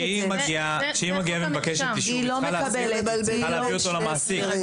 כשהיא באה ומבקשת אישור כי היא צריכה להביא אותו למעסיק.